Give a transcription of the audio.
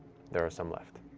there are some left.